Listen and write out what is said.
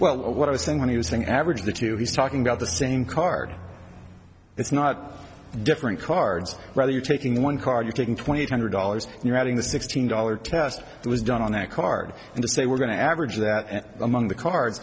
well what i was saying when he was saying average that you know he's talking about the same card it's not different cards rather you're taking one card you're taking twenty eight hundred dollars and you're having the sixteen dollar test it was done on that card and to say we're going to average that among the card